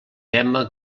tema